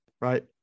right